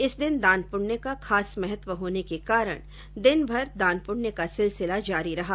इस दिन दान प्रण्य का खास महत्व होने के कारण दिनभर दान पुण्य का सिलसिला जारी रहा